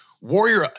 Warrior